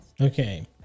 Okay